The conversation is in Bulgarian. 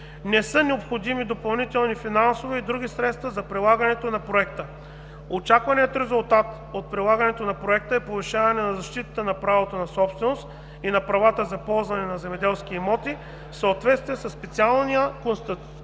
Не са необходими допълнителни финансови и други средства за прилагането на Проекта. Очакваният резултат от прилагането на Проекта е повишаване на защитата на правото на собственост и на правата за ползване на земеделски имоти в съответствие със специалния конституционен